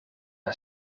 aan